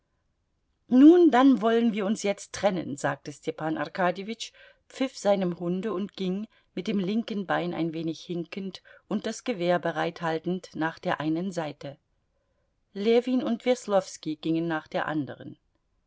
nun dann wollen wir uns jetzt trennen sagte stepan arkadjewitsch pfiff seinem hunde und ging mit dem linken bein ein wenig hinkend und das gewehr bereithaltend nach der einen seite ljewin und weslowski gingen nach der andern